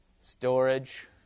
storage